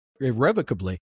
irrevocably